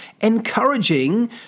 encouraging